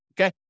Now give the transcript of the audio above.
Okay